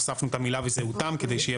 הוספנו את המילה 'וזהותם' כדי שיהיה